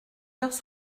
d’heure